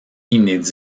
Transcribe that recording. inédites